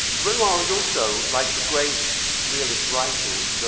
renoir was also like the great realist writers, so